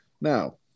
Now